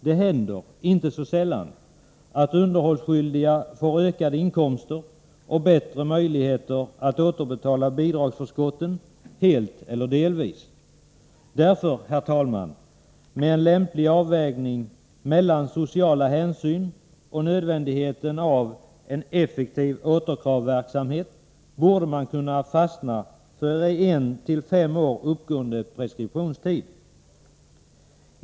Det händer inte sällan att underhållsskyldiga får ökade inkomster och bättre möjligheter att återbetala bidragsförskotten helt eller delvis. Därför, herr talman, borde man med en lämplig avvägning mellan sociala hänsyn och nödvändigheten av en effektiv återkravverksamhet kunna fastna för en till fem år uppgående preskriptionstid.